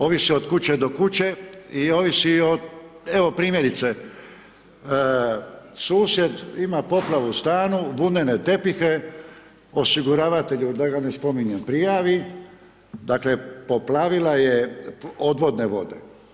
Ovise od kuće do kuće i ovisi o, evo primjerice, susjed ima poplavu u stanu, vunene tepihe, osiguravatelju, da ga ne spominjem, prijavi, dakle poplavila je odvodne vode.